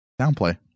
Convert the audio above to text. Downplay